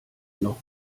noch